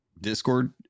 Discord